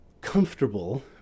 comfortable